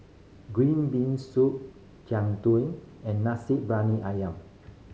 green bean soup Jian Dui and nasi ayam